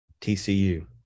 TCU